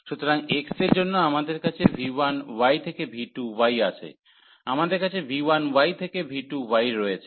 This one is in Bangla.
সুতরাং x এর জন্য আমাদের কাছে v1y থেকে v2y আছে আমাদের কাছে v1y থেকে v2y রয়েছে